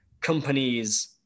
companies